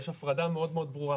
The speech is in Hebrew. יש הפרדה מאוד מאוד ברורה,